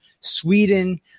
Sweden